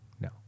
No